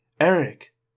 Eric